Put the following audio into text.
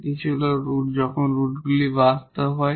এটি ছিল যখন রুটগুলি বাস্তব হয়